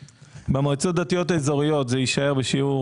במועצות הדתיות האזוריות זה יישאר על שיעור